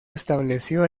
estableció